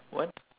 what